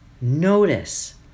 notice